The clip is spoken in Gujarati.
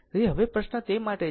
તેથી હવે પ્રશ્ન તે માટે છે